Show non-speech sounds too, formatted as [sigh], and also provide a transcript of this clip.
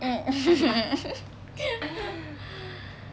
[noise] [laughs]